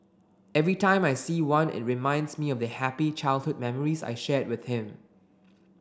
every time I see one it reminds me of the happy childhood memories I shared with him